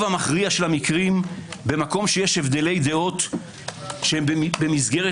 המכריע של הדברים במקום שיש הבדלי דעות שהם במסגרת